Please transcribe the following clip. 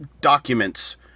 documents